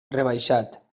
rebaixat